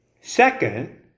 Second